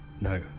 No